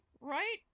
right